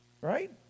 right